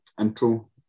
intro